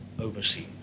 overseas